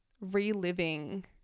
reliving